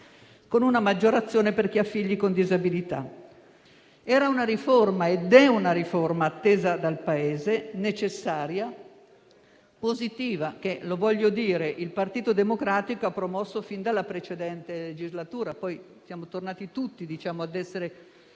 con una maggiorazione per chi ha figli con disabilità. Era ed è una riforma attesa dal Paese, necessaria, positiva, che - lo voglio dire - il Partito Democratico ha promosso fin dalla scorsa legislatura, rispetto alla quale poi siamo tornati tutti ad essere